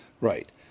right